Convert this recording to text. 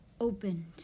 opened